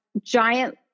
giant